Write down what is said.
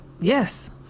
Yes